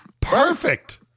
perfect